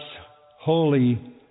holy